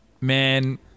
Man